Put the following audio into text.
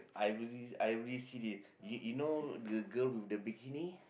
I I see the you you know the girl with the bikini